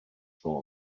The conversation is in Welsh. tro